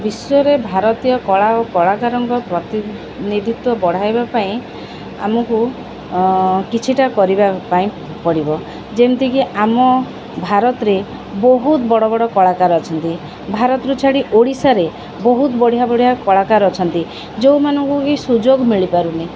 ବିଶ୍ୱରେ ଭାରତୀୟ କଳା ଓ କଳାକାରଙ୍କ ପ୍ରତିନିଧିତ୍ୱ ବଢ଼ାଇବା ପାଇଁ ଆମକୁ କିଛିଟା କରିବା ପାଇଁ ପଡ଼ିବ ଯେମିତିକି ଆମ ଭାରତରେ ବହୁତ ବଡ଼ ବଡ଼ କଳାକାର ଅଛନ୍ତି ଭାରତରୁ ଛାଡ଼ି ଓଡ଼ିଶାରେ ବହୁତ ବଢ଼ିଆ ବଢ଼ିଆ କଳାକାର ଅଛନ୍ତି ଯେଉଁମାନଙ୍କୁ କି ସୁଯୋଗ ମିଳିପାରୁନି